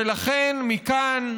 ולכן מכאן,